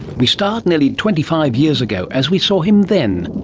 we start nearly twenty five years ago as we saw him then.